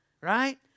right